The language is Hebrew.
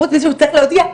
חוץ מזה שצריך להודיע,